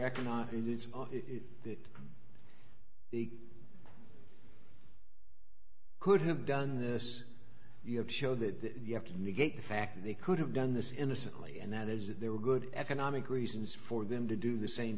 economic and it's the could have done this you have to show that you have to negate the fact that they could have done this innocently and that is that there were good economic reasons for them to do the same